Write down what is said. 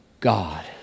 God